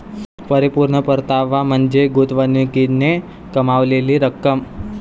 परिपूर्ण परतावा म्हणजे गुंतवणुकीने कमावलेली रक्कम